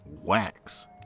wax